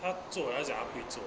他做的时候他会做